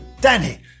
Danny